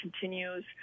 continues